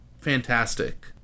fantastic